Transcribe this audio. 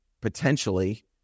potentially